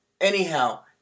anyhow